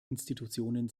institutionen